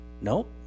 Nope